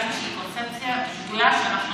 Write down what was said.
על איזושהי קונספציה שגויה שאנחנו,